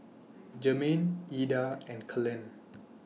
Germaine Eda and Kellan